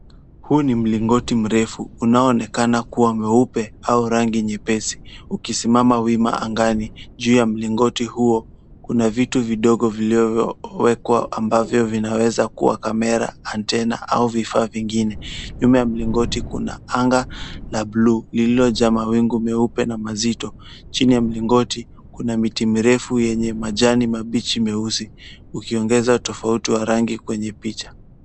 Huu ni mlingoti mrefu unaonekana kuwa mweupe au rangi nyepesi ukisimama wima angani juu ya mlingoti huo kuna vitu vidogo vilivyowekwa ambavyo vinaweza kuwa kamera antenna au vifaa vingine, nyuma ya mlingoti kuna anga la buluu lililojaa mawingu nyeupe mazito. Chini ya mlingoti kuna miti refu yenye majani mabichi mieusi, ukiongeza tofauti wa rangi kwenye picha.